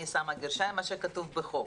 אני שמה גרשיים במה שכתוב בחוק,